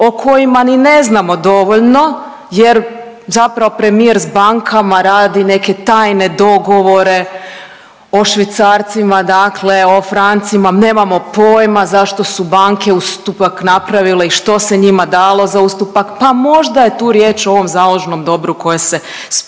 o kojima ni ne znamo dovoljno jer zapravo premijer s bankama radi neke tajne dogovore o švicarcima, dakle o francima, nemamo pojma zašto su banke ustupak napravile i što se njima dalo za ustupak, pa možda je tu riječ o ovom založnom dobru koje se spominje